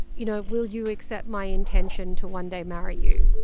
you know, will you accept my intention to one day marry you?